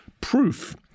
proof